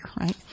right